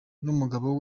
n’umugabo